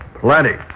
Plenty